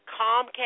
Comcast